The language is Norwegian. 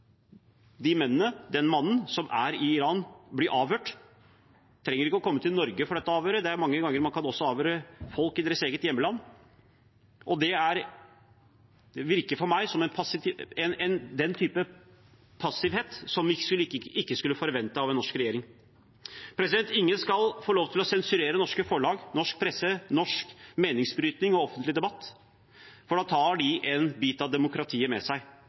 den mannen som er i Iran, til å bli avhørt. Han trenger ikke å komme til Norge for dette avhøret, det er mange ganger man også kan avhøre folk i deres eget hjemland. Det virker for meg som en type passivitet som vi ikke skulle forvente av en norsk regjering. Ingen skal få lov til å sensurere norske forlag, norsk presse, norsk meningsbrytning og offentlig debatt, for da tar de en bit av demokratiet med seg.